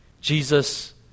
Jesus